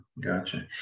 Gotcha